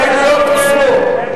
ההסתייגויות של קבוצת סיעת מרצ לסעיף 04,